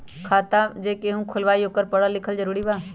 खाता जे केहु खुलवाई ओकरा परल लिखल जरूरी वा?